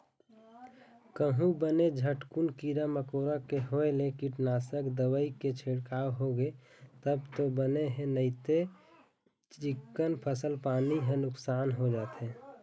कहूँ बने झटकुन कीरा मकोरा के होय ले कीटनासक दवई के छिड़काव होगे तब तो बने हे नइते चिक्कन फसल पानी ह नुकसान हो जाथे